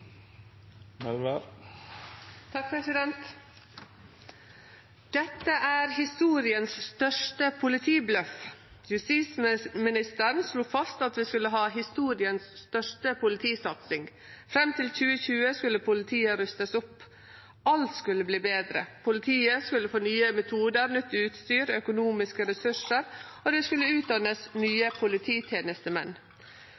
største politibløff» «Justisminister Knut Storberget slo fast i 2008 at vi skulle ha historiens største politisatsing i Norge. Fram til 2020 skulle politiet rustes opp.» «Alt skulle bli bedre. Politiet skulle få nye metoder, nytt utstyr, økonomiske midler, ressurser, og det skulle utdannes